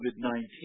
COVID-19